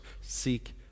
seek